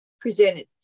presented